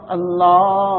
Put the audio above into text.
Allah